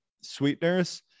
sweeteners